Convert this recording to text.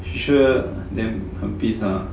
sure then 很 piss ah